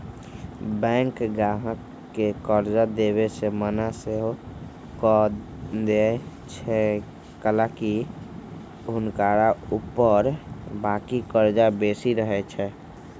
bank गाहक के कर्जा देबऐ से मना सएहो कऽ देएय छइ कएलाकि हुनका ऊपर बाकी कर्जा बेशी रहै छइ